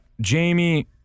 Jamie